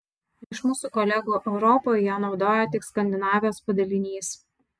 iš mūsų kolegų europoje ją naudoja tik skandinavijos padalinys